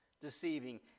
deceiving